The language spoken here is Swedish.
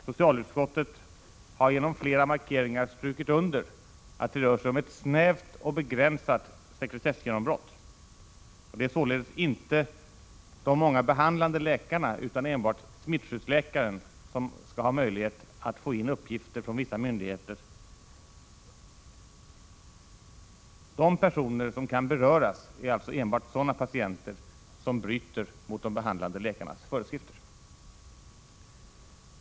Socialutskottet har genom flera markeringar strukit under att det rör sig om ett snävt och begränsat sekretessgenombrott. Det är således inte de många behandlande läkarna utan enbart smittskyddsläkaren som skall ha möjlighet att få in uppgifter från vissa myndigheter. De personer som kan beröras är alltså enbart sådana patienter som bryter mot de behandlande läkarnas föreskrifter.